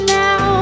now